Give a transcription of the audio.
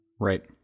Right